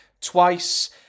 twice